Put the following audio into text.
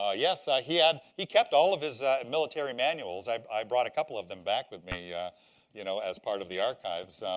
ah yes, he and he kept all of his military manuals. i but i brought a couple of them back with me you know as part of the archives.